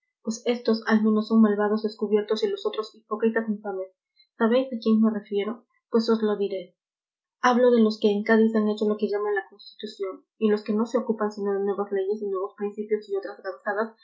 al menos son malvados descubiertos y los otros hipócritas infames sabéis a quién me refiero pues os lo diré hablo de los que en cádiz han hecho lo que llaman la constitución y los que no se ocupan sino de nuevas leyes